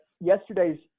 yesterday's